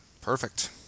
Perfect